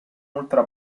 ultra